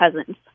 cousins